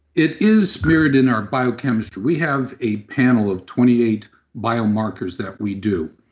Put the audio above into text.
it is mirrored in our biochemistry. we have a panel of twenty eight biomarkers that we do.